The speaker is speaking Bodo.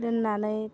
दोन्नानै